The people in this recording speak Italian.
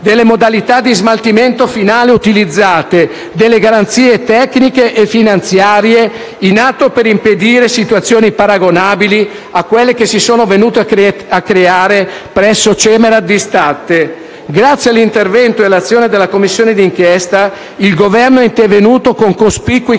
delle modalità di smaltimento finale utilizzate, delle garanzie tecniche e finanziarie in atto per impedire situazioni paragonabili a quelle che si sono venute a creare presso la Cemerad di Statte. Grazie all'intervento e all'azione della Commissione d'inchiesta, il Governo è intervenuto con cospicui